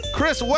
Chris